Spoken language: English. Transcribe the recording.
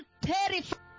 terrified